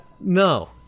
no